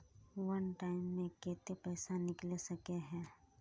वन time मैं केते पैसा निकले सके है?